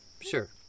sure